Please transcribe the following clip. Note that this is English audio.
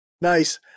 Nice